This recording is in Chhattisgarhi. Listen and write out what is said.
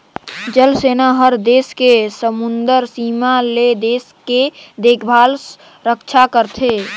जल सेना हर देस के समुदरर सीमा ले देश के देखभाल रक्छा करथे